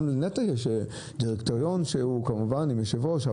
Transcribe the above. לנת"ע יש דירקטוריון שהוא כמובן עם יושב-ראש,